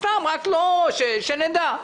סתם, שנדע.